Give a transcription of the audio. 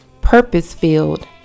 purpose-filled